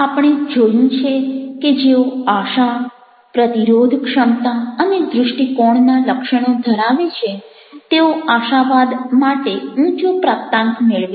આપણે જોયું છે કે જેઓ આશા પ્રતિરોધ ક્ષમતા અને દૃષ્ટિકોણના લક્ષણો ધરાવે છે તેઓ આશાવાદ માટે ઊંચો પ્રાપ્તાંક મેળવે છે